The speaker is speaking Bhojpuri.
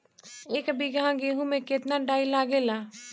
एक बीगहा गेहूं में केतना डाई लागेला?